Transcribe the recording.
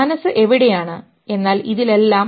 മനസ്സ് എവിടെയാണ് എന്നാൽ ഇതിലെല്ലാം